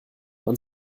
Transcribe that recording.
man